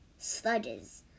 Sludges